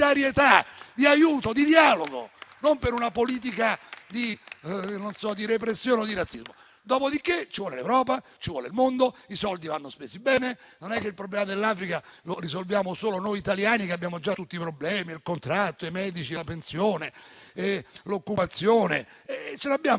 di aiuto e dialogo, e non per una politica di repressione o di razzismo. Dopodiché, ci vuole l'Europa, ci vuole il mondo e i soldi vanno spesi bene: non è che il problema dell'Africa lo risolviamo solo noi italiani, che abbiamo già tutti i problemi dei contratti, dei medici, della pensione e dell'occupazione. Ne abbiamo